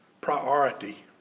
priority